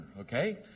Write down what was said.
okay